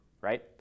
right